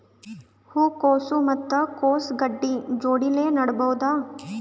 ಹೂ ಕೊಸು ಮತ್ ಕೊಸ ಗಡ್ಡಿ ಜೋಡಿಲ್ಲೆ ನೇಡಬಹ್ದ?